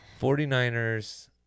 49ers